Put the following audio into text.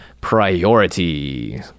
priority